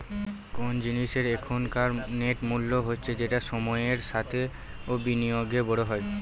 কোন জিনিসের এখনকার নেট মূল্য হচ্ছে যেটা সময়ের সাথে ও বিনিয়োগে বড়ো হয়